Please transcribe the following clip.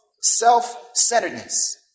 self-centeredness